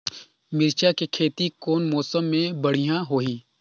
मिरचा के खेती कौन मौसम मे बढ़िया होही?